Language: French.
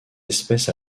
espèce